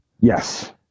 Yes